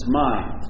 mind